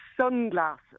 sunglasses